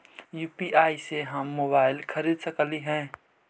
UPI से हम mobile खरिद सकलिऐ है